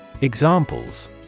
Examples